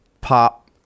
pop